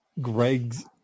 Greg's